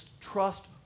trust